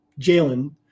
Jalen